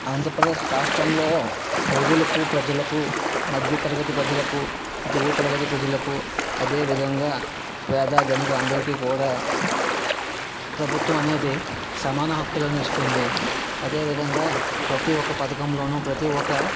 ఆంధ్రప్రదేశ్ రాష్ట్రంలో పౌరులకు ప్రజలకు మధ్యతరగతి ప్రజలకు దిగుతరగతి ప్రజలకు అదేవిధంగా పేదధనిక అందరికీ కూడా ప్రభుత్వం అనేది సమాన హక్కులను ఇస్తుంది అదేవిధంగా ప్రతి ఒక పథకంలోనూ ప్రతి ఒక